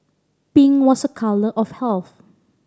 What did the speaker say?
pink was a colour of health